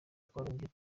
twarongeye